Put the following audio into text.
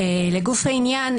לגוף העניין,